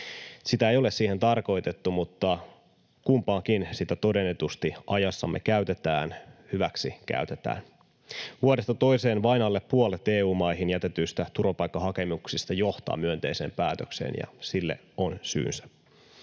Sitä ei ole siihen tarkoitettu, mutta kumpaankin sitä todennetusti ajassamme käytetään — hyväksikäytetään. Vuodesta toiseen vain alle puolet EU-maihin jätetyistä turvapaikkahakemuksista johtaa myönteiseen päätökseen, ja sille on syynsä.